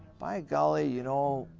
by golly, you know,